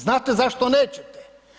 Znate zašto nećete?